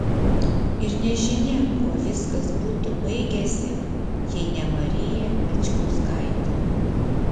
ir nežinia kuo viskas būtų baigęsi jei ne marija pečkauskaitė